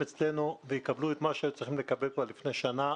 אצלנו ויקבלו את מה שהם היו צריכים לקבל כבר לפני שנה.